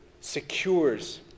secures